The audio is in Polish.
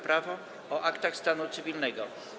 Prawo o aktach stanu cywilnego.